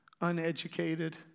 uneducated